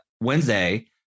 Wednesday